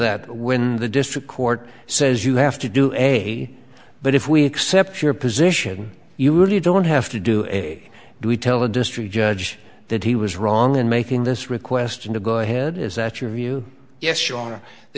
that when the district court says you have to do a but if we accept your position you really don't have to do to tell the district judge that he was wrong in making this request and to go ahead is that your view yes